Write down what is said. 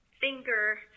finger